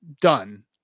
Done